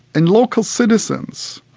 and local citizens,